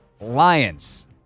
Lions